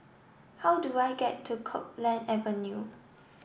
how do I get to Copeland Avenue